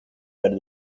del